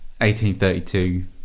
1832